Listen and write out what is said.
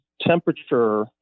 temperature